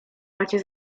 macie